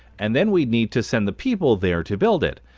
and then we'd need to send the people there to build it,